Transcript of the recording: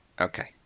Okay